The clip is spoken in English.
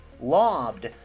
lobbed